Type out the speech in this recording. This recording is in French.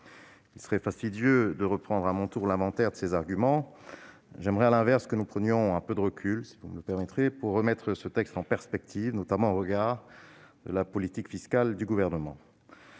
Il serait fastidieux que je reprenne à mon tour l'inventaire de ces arguments. Je souhaite, à l'inverse, que nous prenions un peu de recul et que nous mettions ce texte en perspective, notamment au regard de la politique fiscale du Gouvernement.